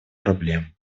проблем